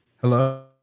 Hello